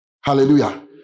Hallelujah